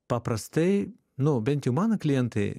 paprastai nu bent jau mano klientai